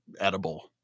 edible